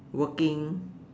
working